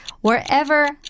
Wherever